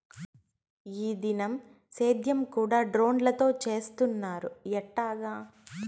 ఈ దినం సేద్యం కూడ డ్రోన్లతో చేస్తున్నారు ఎట్టాగా